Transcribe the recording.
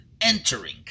entering